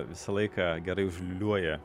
visą laiką gerai užliūliuoja